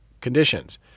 conditions